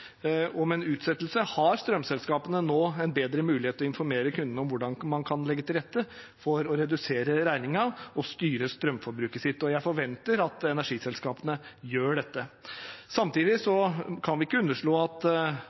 Med en utsettelse har strømselskapene nå en bedre mulighet til å informere kundene om hvordan man kan legge til rette for å redusere regningen og styre strømforbruket sitt, og jeg forventer at energiselskapene gjør dette. Samtidig kan vi ikke underslå at